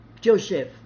Joseph